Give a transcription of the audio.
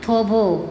થોભો